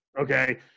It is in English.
Okay